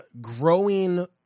growing